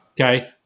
Okay